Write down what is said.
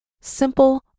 Simple